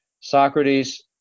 Socrates